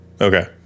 Okay